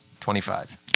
Twenty-five